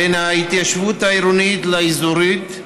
בין ההתיישבות העירונית לאזורית,